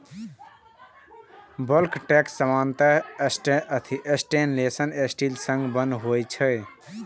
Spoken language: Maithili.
बल्क टैंक सामान्यतः स्टेनलेश स्टील सं बनल होइ छै